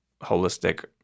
holistic